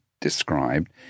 described